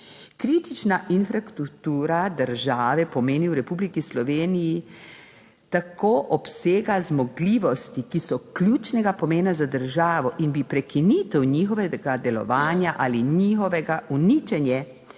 Kritična infrastruktura države pomeni v Republiki Sloveniji tako obsega zmogljivosti, ki so ključnega pomena za državo in bi prekinitev njihovega delovanja ali njihovega uničenja